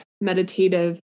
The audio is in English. meditative